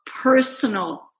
personal